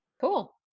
cool